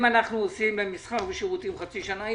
אם נקבע למסחר ושירותים חצי שנה,